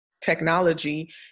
technology